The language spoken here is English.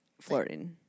flirting